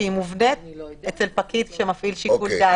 שהיא מובנית אצל פקיד שמפעיל שיקול דעת.